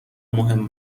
مهم